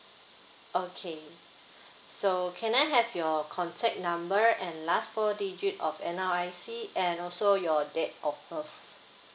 okay so can I have your contact number and last four digit of N_R_I_C and also your date of birth